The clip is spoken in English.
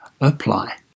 apply